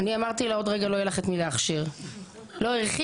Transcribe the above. אני אמרתי לה עוד רגע לא יהיה לך את מי להכשיר,